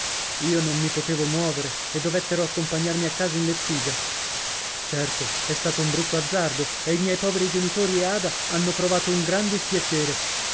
io non mi potevo muovere e dovettero accompagnarmi a casa in lettiga certo è stato un brutto azzardo e i miei poveri genitori e ada hanno provato un gran dispiacere